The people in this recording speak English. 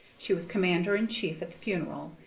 she was commander-in-chief at the funeral,